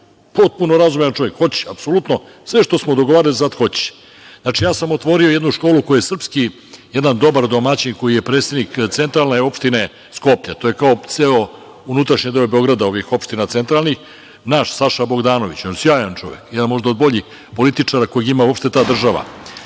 Potpuno razuman čovek, hoće apsolutno sve što smo dogovorili sada hoće. Ja sam otvorio jednu školu koju je srpski, jedan dobar domaćin, koji je predsednik centralne opštine Skoplja, to je kao ceo unutrašnji deo Beograda ovih opština centralnih, naš Saša Bogdanović, jedan sjajan čovek, jedan možda od boljih političara kojeg ima uopšte ta država.